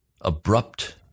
abrupt